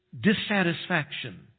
dissatisfaction